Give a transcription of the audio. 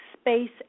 space